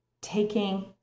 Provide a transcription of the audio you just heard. taking